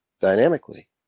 dynamically